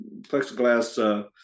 plexiglass